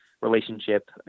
relationship